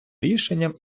рішенням